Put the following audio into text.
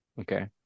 okay